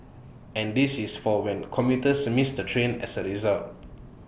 and this is for when commuters miss the train as A result